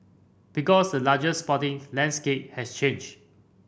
because the larger sporting landscape has changed